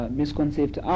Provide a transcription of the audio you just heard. misconceived